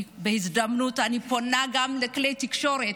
בהזדמנות זו אני פונה גם לכלי התקשורת,